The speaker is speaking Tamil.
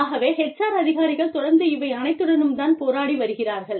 ஆகவே HR அதிகாரிகள் தொடர்ந்து இவை அனைத்துடனும் தான் போராடி வருகிறார்கள்